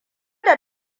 da